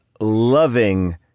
loving